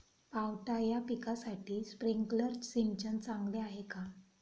पावटा या पिकासाठी स्प्रिंकलर सिंचन चांगले आहे का?